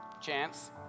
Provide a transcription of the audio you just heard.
chance